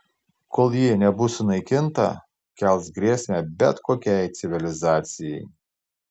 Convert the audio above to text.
kol ji nebus sunaikinta kels grėsmę bet kokiai civilizacijai